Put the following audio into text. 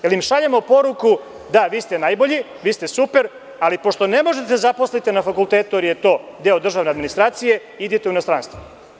Da li da im šaljemo poruku - da vi ste najbolji, vi ste super, ali pošto ne možete da se zaposlite na fakultetu, jer je to deo državne administracije, idite u inostranstvo?